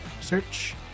search